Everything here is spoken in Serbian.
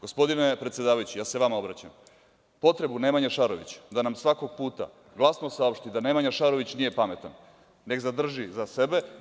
Gospodine predsedavajući, ja se vama obraćam, potrebu Nemanje Šarovića da nam svakog puta glasno saopšti da Nemanja Šarović nije pametan neka zadrži za sebe.